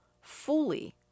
fully